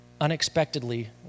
unexpectedly